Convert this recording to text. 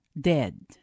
dead